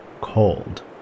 cold